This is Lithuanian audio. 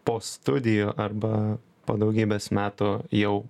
po studijų arba po daugybės metų jau